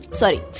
sorry